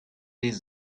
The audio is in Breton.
pezh